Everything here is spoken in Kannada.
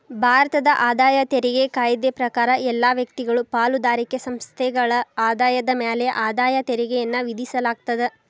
ಭಾರತದ ಆದಾಯ ತೆರಿಗೆ ಕಾಯ್ದೆ ಪ್ರಕಾರ ಎಲ್ಲಾ ವ್ಯಕ್ತಿಗಳು ಪಾಲುದಾರಿಕೆ ಸಂಸ್ಥೆಗಳ ಆದಾಯದ ಮ್ಯಾಲೆ ಆದಾಯ ತೆರಿಗೆಯನ್ನ ವಿಧಿಸಲಾಗ್ತದ